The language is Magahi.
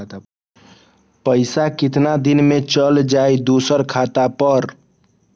पैसा कितना दिन में चल जाई दुसर खाता पर?